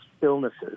illnesses